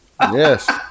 yes